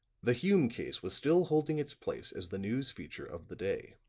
the hume case was still holding its place as the news feature of the day.